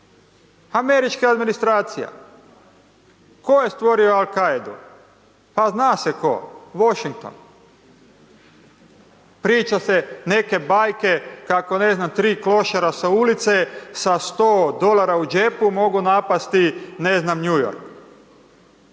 američka administracija, tko je stvori Al-Kaidu, pa zna se tko, Washington. Priča se neke bajke kako ne znam 3 klošara sa ulice, sa 100 dolara u džepu mogu napasti ne znam New York.